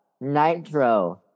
Nitro